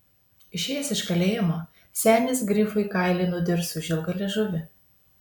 išėjęs iš kalėjimo senis grifui kailį nudirs už ilgą liežuvį